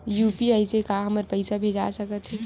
UPI से का हमर पईसा भेजा सकत हे?